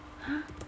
!huh!